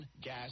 gas